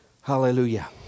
Hallelujah